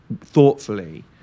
Thoughtfully